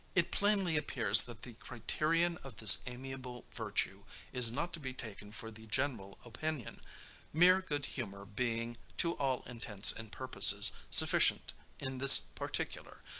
it plainly appears, that the criterion of this amiable virtue is not to be taken for the general opinion mere good humor being, to all intents and purposes, sufficient in this particular,